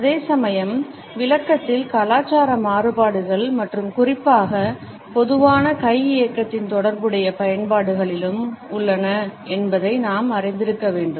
அதே சமயம் விளக்கத்தில் கலாச்சார மாறுபாடுகள் மற்றும் குறிப்பாக பொதுவான கை இயக்கத்தின் தொடர்புடைய பயன்பாடுகளிலும் உள்ளன என்பதையும் நாம் அறிந்திருக்க வேண்டும்